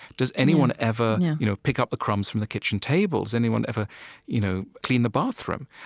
does anyone ever you know pick up the crumbs from the kitchen table, does anyone ever you know clean the bathroom.